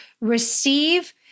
receive